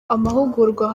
amahugurwa